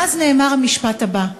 ואז נאמר המשפט הבא: